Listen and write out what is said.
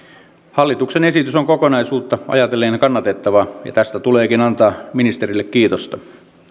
hallituksen esitys on kokonaisuutta ajatellen kannatettava ja tästä tuleekin antaa ministerille kiitosta